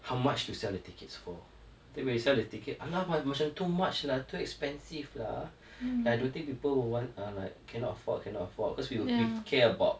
how much to sell the tickets for then when you sell ticket !alamak! macam too much lah too expensive lah like I don't think people will want or like cannot afford cannot afford because we will we care about